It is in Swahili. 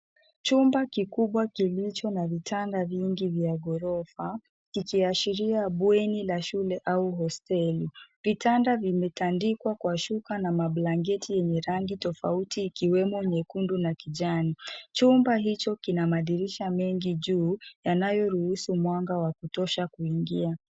Jumba kikubwa kilicho na vitanda vingi vya gorofa kikiashiria bweni la shule au hosteli. Vitanda vimetandikwa kwa shuka na mablanketi enye rangi tafauti ikiwemo nyekundu na kijani. Jumba hicho kina madirisha mengi juu yanayoruhusu mwanga wa kutosha kuingia